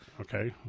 okay